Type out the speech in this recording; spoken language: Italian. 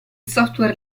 software